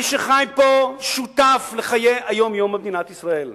מי שחי פה שותף לחיי היום-יום במדינת ישראל.